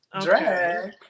Drag